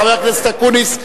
חבר הכנסת אקוניס,